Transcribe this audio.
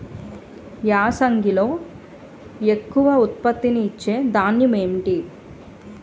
యాసంగిలో ఎక్కువ ఉత్పత్తిని ఇచే ధాన్యం ఏంటి?